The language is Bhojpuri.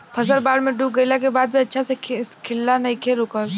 फसल बाढ़ में डूब गइला के बाद भी अच्छा से खिलना नइखे रुकल